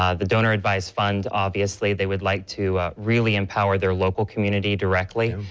um the donor advice fund obviously they would like to, ah, really empower their loabl community directly,